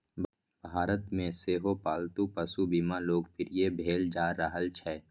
भारत मे सेहो पालतू पशु बीमा लोकप्रिय भेल जा रहल छै